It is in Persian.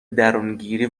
درونگیری